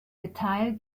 detail